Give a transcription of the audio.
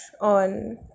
on